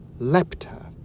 Lepta